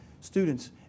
Students